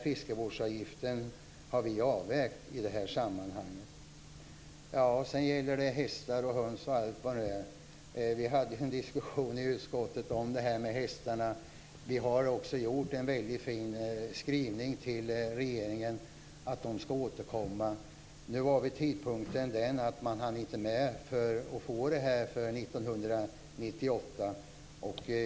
Fiskevårdsavgiften har vi avvägt i det sammanhanget. Sedan gäller det hästar, höns och allt vad det är. Vi hade en diskussion i utskottet om hästarna. Vi har också gjort en fin skrivning till regeringen om att man skall återkomma. Nu var tidpunkten den att man inte hann med den här frågan före 1998.